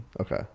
Okay